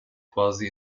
quasi